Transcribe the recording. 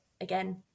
again